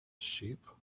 sheep